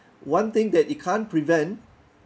one thing that you can't prevent